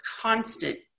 constant